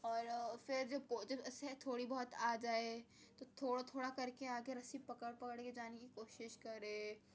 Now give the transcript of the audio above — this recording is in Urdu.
اور پھر جب اسے تھوڑی بہت آجائے تو تھورا تھوڑا کر کے آ گے رسی پکڑ پکڑ کے جانے کی کوشش کرے